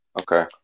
Okay